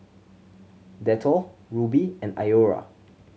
Dettol Rubi and Iora